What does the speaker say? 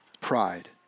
Pride